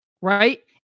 Right